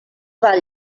val